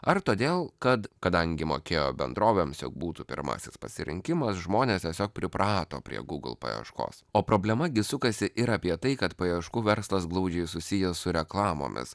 ar todėl kad kadangi mokėjo bendrovėms jog būtų pirmasis pasirinkimas žmonės tiesiog priprato prie google paieškos o problema gi sukasi ir apie tai kad paieškų verslas glaudžiai susijęs su reklamomis